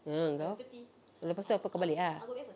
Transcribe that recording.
ah engkau ah lepas itu kau balik ah